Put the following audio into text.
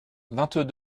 vingt